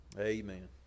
Amen